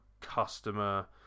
customer